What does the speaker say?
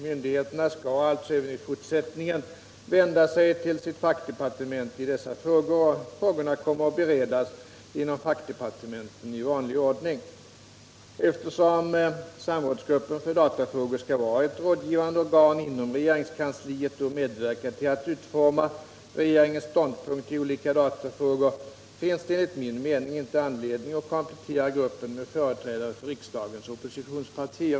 Myndigheterna skall alltså även i fortsättningen vända sig till sitt fackdepartement i dessa frågor, och frågorna kommer att beredas inom fackdepartementen i vanlig ordning. Eftersom samrådsgruppen för datafrågor skall vara ett rådgivande organ inom regeringskansliet och medverka till att utforma regeringens ståndpunkt i olika datafrågor finns det enligt min mening inte anledning att komplettera gruppen med företrädare för riksdagens oppositionspartier.